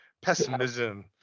pessimism